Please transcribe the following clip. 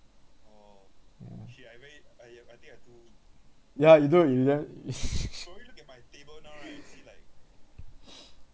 yeah dude you ne~